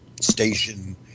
station